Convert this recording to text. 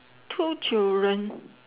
two children